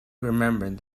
remembered